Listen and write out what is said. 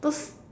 those